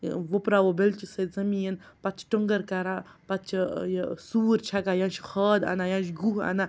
ٲں وُپراوو بیلچہِ سۭتۍ زٔمیٖن پَتہٕ چھِ ٹنٛگر کَران پَتہٕ چھِ ٲں یہِ سوٗر چھَکان یا چھِ کھاد اَنان یا چھِ گوہ اَنان